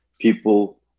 people